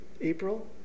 April